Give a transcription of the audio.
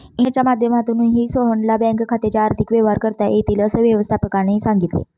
इंटरनेटच्या माध्यमातूनही सोहनला बँक खात्याचे आर्थिक व्यवहार करता येतील, असं व्यवस्थापकाने सांगितले